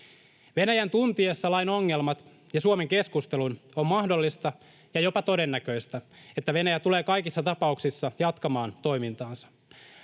Venäjän tuntiessa lain ongelmat ja Suomen keskustelun on mahdollista ja jopa todennäköistä, että Venäjä tulee kaikissa tapauksissa jatkamaan toimintaansa.